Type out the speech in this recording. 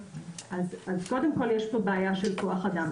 אז קודם כל יש פה בעיה של כוח אדם,